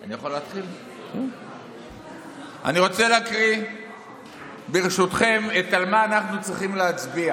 אני רוצה לקרוא ברשותכם על מה אנחנו צריכים להצביע